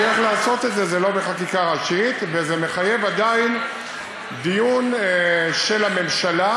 שהדרך לעשות את זה היא לא בחקיקה ראשית וזה מחייב עדיין דיון של הממשלה,